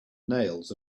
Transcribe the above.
nails